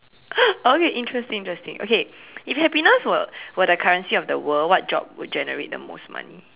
okay interesting interesting okay if happiness were were the currency of the world what job would generate the most money